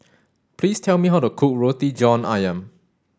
please tell me how to cook Roti John Ayam